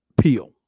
peel